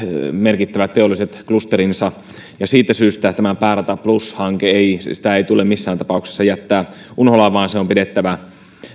merkittävät teolliset klusterinsa siitä syystä tätä päärata plus hanketta ei tule missään tapauksessa jättää unholaan vaan se on pidettävä